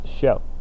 show